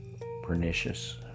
Pernicious